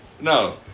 No